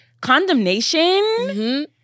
condemnation